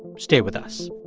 stay with us